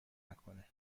نکنه